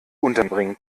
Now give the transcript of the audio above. unterbringen